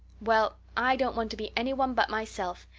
well, i don't want to be anyone but myself,